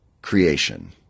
creation